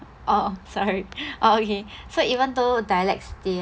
oh sorry oh okay so even though dialects